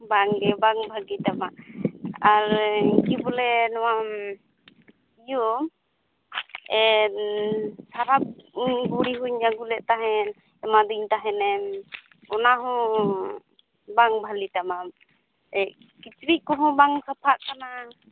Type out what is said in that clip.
ᱵᱟᱝ ᱜᱮ ᱵᱟᱝ ᱵᱷᱟᱹᱜᱤ ᱛᱟᱢᱟ ᱟᱨ ᱠᱤ ᱵᱚᱞᱮ ᱱᱚᱣᱟ ᱤᱭᱟᱹ ᱮᱰ ᱥᱟᱨᱟᱯ ᱜᱩᱲᱤ ᱦᱚᱸᱧ ᱟᱹᱜᱩ ᱞᱮᱫ ᱛᱟᱦᱮᱫ ᱮᱢᱟᱫᱤᱧ ᱛᱟᱦᱮᱱᱮᱢ ᱚᱱᱟᱦᱚᱸ ᱵᱟᱝ ᱵᱷᱟᱹᱞᱤ ᱛᱟᱢᱟ ᱠᱤᱪᱨᱤᱡ ᱠᱚᱦᱚᱸ ᱵᱟᱝ ᱥᱟᱯᱷᱟᱜ ᱠᱟᱱᱟ